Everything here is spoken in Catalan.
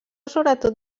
sobretot